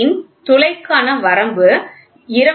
H8 துளைக்கான வரம்பு 25